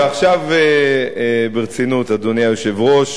ועכשיו ברצינות, אדוני היושב-ראש.